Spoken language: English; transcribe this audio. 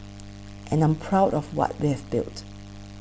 and I'm proud of what we have built